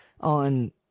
on